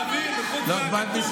שנבין,